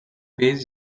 pis